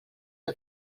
que